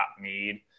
need